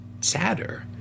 sadder